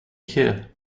here